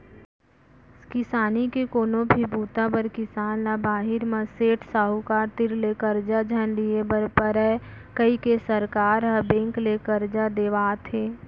किसानी के कोनो भी बूता बर किसान ल बाहिर म सेठ, साहूकार तीर ले करजा झन लिये बर परय कइके सरकार ह बेंक ले करजा देवात हे